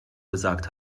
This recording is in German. gesagt